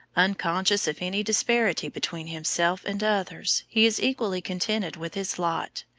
unconscious of any disparity between himself and others, he is equally contented with his lot,